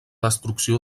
destrucció